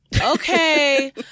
okay